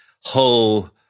whole